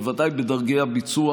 בוודאי בדרגי הביצוע